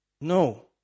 No